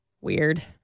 Weird